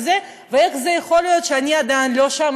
ואיך יכול להיות שאני עדיין לא שם,